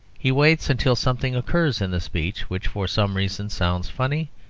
he waits until something occurs in the speech which for some reason sounds funny,